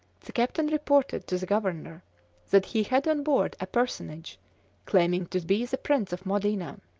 the captain reported to the governor that he had on board a personage claiming to be the prince of modena.